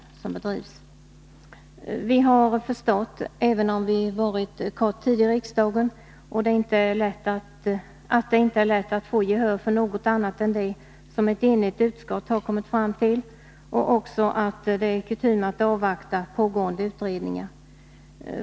20 april 1983 Vi har förstått — även om vi varit kort tid i riksdagen — att det inte är lätt att få gehör för något annat än det som ett enigt utskott har kommit fram till och också att det är kutym att avvakta pågående utredningar.